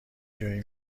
جایی